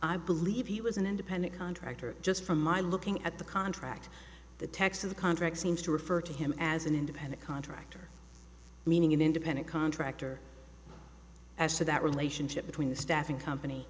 i believe he was an independent contractor just from my looking at the contract the texas contract seems to refer to him as an independent contractor meaning an independent contractor as to that relationship between the staffing company